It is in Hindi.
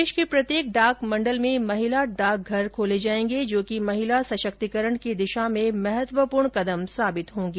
देश के प्रत्येक डाक मंडल में महिला डाकघर खोले जाएंगे जो कि महिला सशक्तिकरण की दिशा में महत्वपूर्ण कदम साबित होंगे